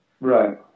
right